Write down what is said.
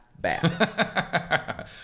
bad